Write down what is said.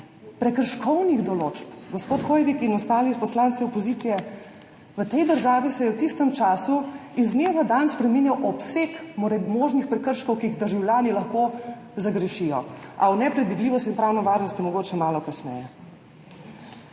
prekrškovnih določb. Gospod Hoivik in ostali poslanci opozicije. V tej državi se je v tistem času iz dneva v dan spreminjal obseg možnih prekrškov, ki jih državljani lahko zagrešijo, o nepredvidljivosti in pravni varnosti mogoče malo kasneje,